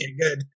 good